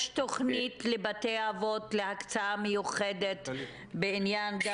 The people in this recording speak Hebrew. יש תכנית לבתי אבות להקצאה מיוחדת בעניין גם